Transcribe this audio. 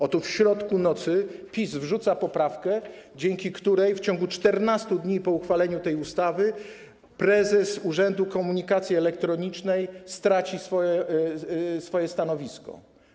Oto w środku nocy PiS wrzuca poprawkę, dzięki której w ciągu 14 dni po uchwaleniu tej ustawy prezes Urzędu Komunikacji Elektronicznej straci swoje stanowisko.